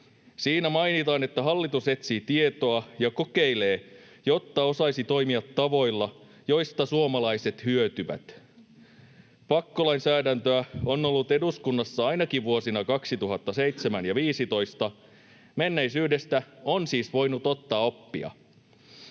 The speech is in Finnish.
Siinä mainitaan, että hallitus etsii tietoa ja kokeilee, jotta osaisi toimia tavoilla, joista suomalaiset hyötyvät. Pakkolainsäädäntöä on ollut eduskunnassa ainakin vuosina 2007 ja 2015. Menneisyydestä on siis voinut ottaa oppia.